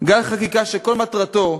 גל חקיקה שכל מטרתו,